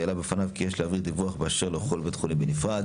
והעלה בפניו כי יש להעביר דיווח באשר לכל בית חולים בנפרד.